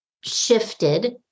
shifted